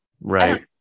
right